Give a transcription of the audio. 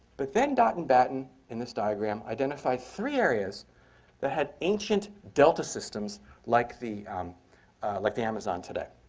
but then dott and batten in this diagram identified three areas that had ancient delta systems like the like the amazon today.